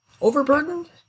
Overburdened